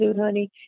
honey